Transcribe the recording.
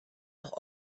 doch